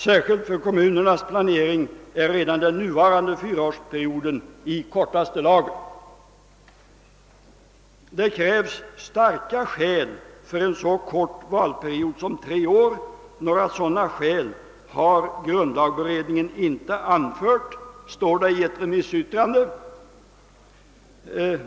Särskilt för kommunernas planering är redan den nuvarande fyraårsperioden i kortaste laget. Det uttalas i ett remissyttrande, att det krävs ganska starka skäl för en så kort valperiod som tre år och att grundlagberedningen inte har anfört några sådana skäl.